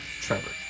Trevor